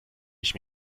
ich